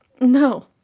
No